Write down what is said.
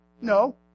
No